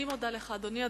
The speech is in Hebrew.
אני מודה לך, אדוני.